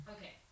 Okay